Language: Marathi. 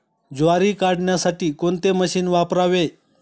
ज्वारी काढण्यासाठी कोणते मशीन वापरावे?